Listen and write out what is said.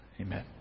amen